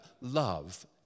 love